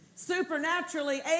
supernaturally